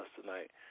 tonight